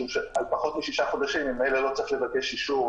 משום שעל פחות משישה חודשים ממילא לא צריך לבקש אישור.